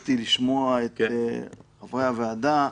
הקפדתי לשמוע את חברי הוועדה.